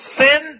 sin